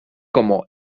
como